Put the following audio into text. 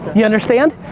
you understand?